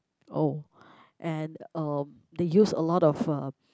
oh and um they use a lot of uh